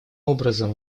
образом